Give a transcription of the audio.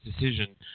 decision